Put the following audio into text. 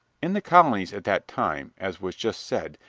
in the colonies at that time, as was just said,